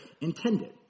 intended